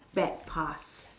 bad past